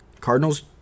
Cardinals